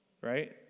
right